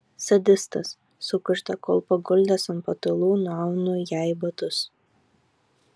sadistas sukužda kol paguldęs ant patalų nuaunu jai batus